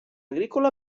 agrícola